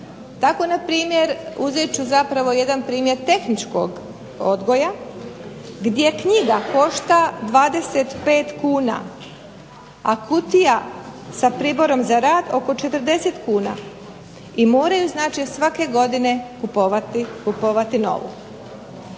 Tako na primjer, uzet ću za primjer tehničkog odgoja gdje knjiga košta 25 kuna, a kutija sa priborom za rad 40 kuna i moraju znači svake godine kupovati novu.